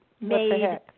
made